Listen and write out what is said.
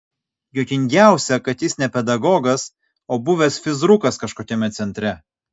juokingiausia kad jis ne pedagogas o buvęs fizrukas kažkokiame centre